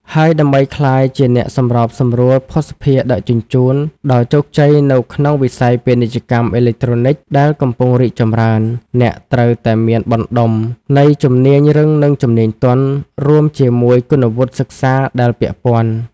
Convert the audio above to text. ហើយដើម្បីក្លាយជាអ្នកសម្របសម្រួលភស្តុភារដឹកជញ្ជូនដ៏ជោគជ័យនៅក្នុងវិស័យ ពាណិជ្ជកម្មអេឡិចត្រូនិកដែលកំពុងរីកចម្រើន អ្នកត្រូវតែមានបណ្តុំនៃជំនាញរឹងនិងជំនាញទន់ រួមជាមួយគុណវុឌ្ឍិសិក្សាដែលពាក់ព័ន្ធ។